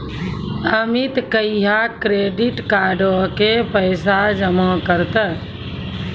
अमित कहिया क्रेडिट कार्डो के पैसा जमा करतै?